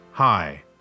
Hi